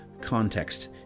context